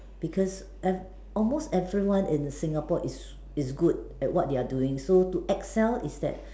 because ev~ almost everyone is Singapore is is good at what they are doing so to excel is that